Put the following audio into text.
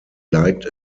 liked